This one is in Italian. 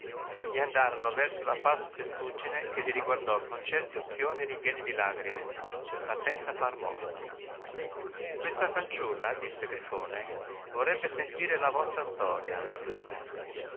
e andarono verso la falsa testuggine che li riguardò con certi occhioni ripieni di lagrime ma senza far motto questa fanciulla disse il grifone vorrebbe sentire la vostra storia vorrebbe